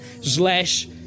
slash